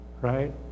right